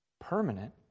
permanent